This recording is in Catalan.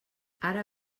ara